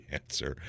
answer